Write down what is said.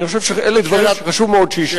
אני חושב שאלה דברים שחשוב מאוד שיישמעו.